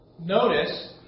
Notice